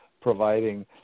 providing